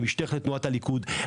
אני משתייך לתנועת הליכוד.